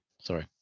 Sorry